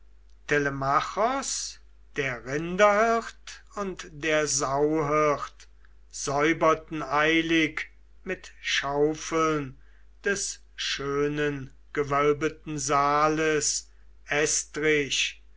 der rinderhirt und der sauhirt säuberten eilig mit schaufeln des schönen gewölbeten saales